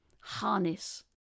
Harness